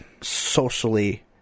socially